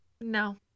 No